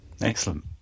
Excellent